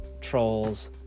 trolls